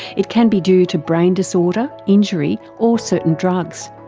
it can be due to brain disorder, injury or certain drugs.